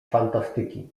fantastyki